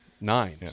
Nine